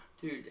Dude